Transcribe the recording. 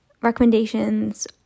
recommendations